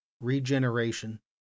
regeneration